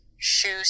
shoes